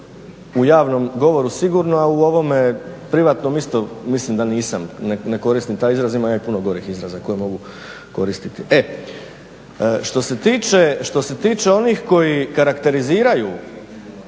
u javnom govoru sigurno, a u ovome privatno isto mislim da nisam, ne koristim taj izraz ima i puno gorih izraza koje mogu koristiti. E što se tiče onih koji karakteriziraju